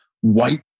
white